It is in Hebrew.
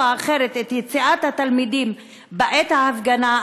או אחרת את יציאת התלמידים בעת ההפגנה,